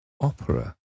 opera